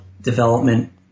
development